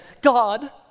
God